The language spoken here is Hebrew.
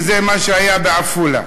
וזה מה שהיה בעפולה.